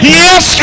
yes